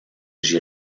j’y